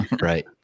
Right